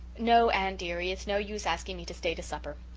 no, anne dearie, it's no use asking me to stay to supper.